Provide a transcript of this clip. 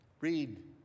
Read